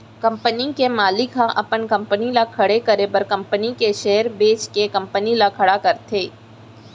company के मालिक ह अपन कंपनी ल खड़े करे बर कंपनी के सेयर बेंच के कंपनी ल खड़ा करथे